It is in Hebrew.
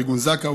וארגון זק"א,